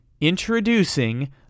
Introducing